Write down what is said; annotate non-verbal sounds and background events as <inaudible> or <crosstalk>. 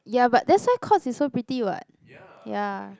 ya but that's why courts is so pretty what <noise> ya